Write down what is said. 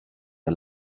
are